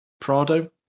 Prado